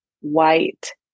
white